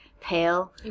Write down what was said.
pale